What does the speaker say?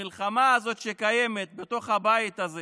המלחמה הזאת שקיימת בתוך הבית הזה